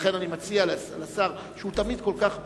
לכן, אני מציע לשר, שהוא תמיד כל כך ברור,